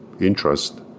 interest